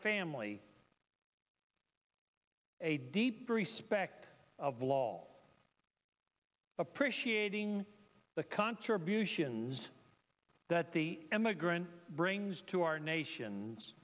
family a deep respect of law appreciating the contributions that the immigrant brings to our nations